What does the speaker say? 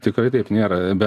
tikrai taip nėra be